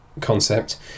concept